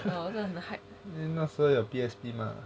ah 我这样子 hide